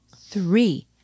three